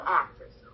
actors